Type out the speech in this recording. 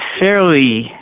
fairly